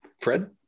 Fred